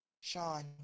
Sean